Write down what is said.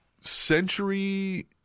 Century